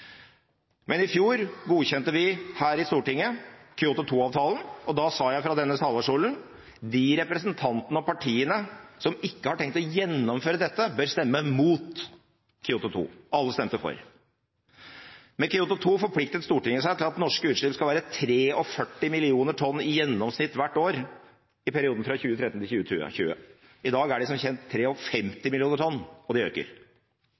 Men i fjor godkjente vi her i Stortinget Kyoto 2-avtalen, og da sa jeg fra denne talerstolen: De representantene og partiene som ikke har tenkt å gjennomføre dette, bør stemme mot Kyoto 2. Alle stemte for. Med Kyoto 2 forpliktet Stortinget seg til at norske utslipp skal være 43 millioner tonn i gjennomsnitt hvert år i perioden fra 2013 til 2020. I dag er tallet som kjent 53 millioner tonn, og det øker.